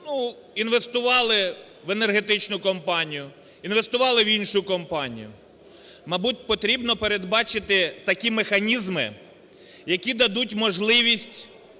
інвестували в енергетичну компанію, інвестували в іншу компанію. Мабуть, потрібно передбачити такі механізми, які дадуть можливість